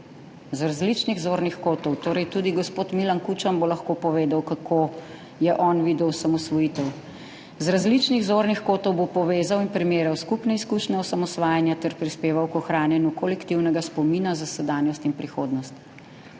z različnih zornih kotov, torej tudi gospod Milan Kučan bo lahko povedal, kako je on videl osamosvojitev, »bo povezal in primerjal skupne izkušnje osamosvajanja ter prispeval k ohranjanju kolektivnega spomina za sedanjost in prihodnost.«